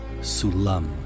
Sulam